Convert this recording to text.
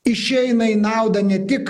išeina į naudą ne tik